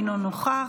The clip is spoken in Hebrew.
אינו נוכח,